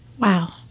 wow